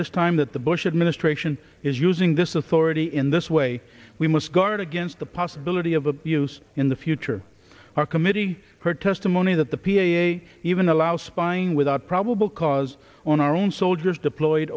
this time that the bush administration is using this authority in this way we must guard against the possibility of abuse in the future our committee heard testimony that the p a even allow spying without probable cause was on our own soldiers deployed